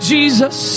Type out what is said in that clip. Jesus